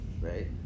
right